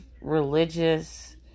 religious